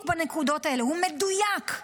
הוא מדויק.